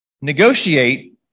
Negotiate